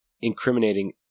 incriminating